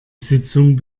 sitzung